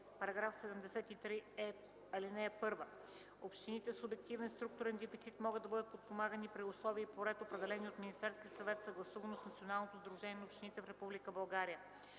за нов § 73е: „§ 73е. (1) Общините с обективен структурен дефицит могат да бъдат подпомагани при условия и по ред, определени от Министерския съвет, съгласувано с Националното сдружение на общините в Република България;